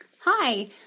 Hi